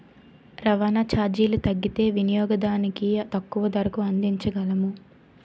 రవాణా చార్జీలు తగ్గితే వినియోగదానికి తక్కువ ధరకు అందించగలము